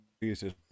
pieces